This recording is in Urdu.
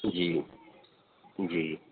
جی جی